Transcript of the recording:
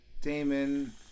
Damon